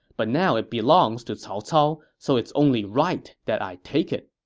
but now it belongs to cao cao, so it's only right that i take it.